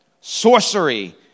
sorcery